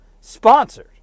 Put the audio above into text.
sponsored